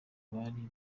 bari